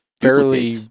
fairly